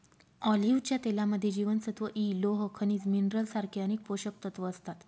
ऑलिव्हच्या तेलामध्ये जीवनसत्व इ, लोह, खनिज मिनरल सारखे अनेक पोषकतत्व असतात